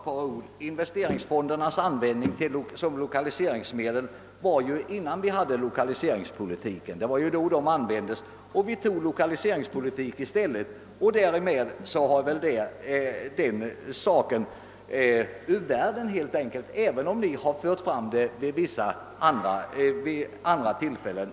Herr talman! Bara ett par ord! Det var innan vi hade börjat med l1okaliseringspolitiken som investeringsfonderna användes såsom lokaliseringsmedel. När vi i stället införde lokaliseringspolitiken var den saken ur världen, även om den har förts på tal också vid andra tillfällen.